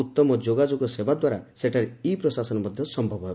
ଉତ୍ତମ ଯୋଗାଯୋଗ ସେବା ଦ୍ୱାରା ସେଠାରେ ଇ ପ୍ରଶାସନ ମଧ୍ୟ ସନ୍ଥବ ହେବ